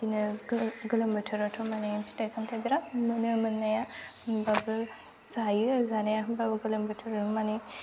इदिनो गोलोम बोथोरावथ' माने फिथाइ सामथाइ बिराद मोनो मोननाया होमब्लाबो जायो जानाया होमब्लाबो गोलोम बोथोराव माने